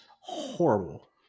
horrible